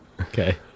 Okay